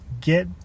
get